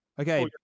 Okay